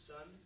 Son